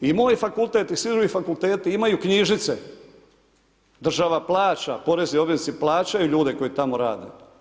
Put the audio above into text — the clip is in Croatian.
I moj fakultet i svi drugi fakulteti imaju knjižnice država plaća, porezni obveznici plaćaju ljude koji tamo rade.